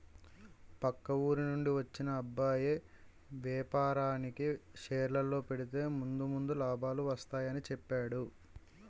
పక్క ఊరి నుండి వచ్చిన అబ్బాయి వేపారానికి షేర్లలో పెడితే ముందు ముందు లాభాలు వస్తాయని చెప్పేడు